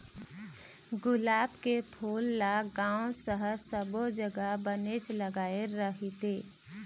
गुलाब के फूल ल गाँव, सहर सब्बो जघा बनेच लगाय रहिथे